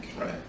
Right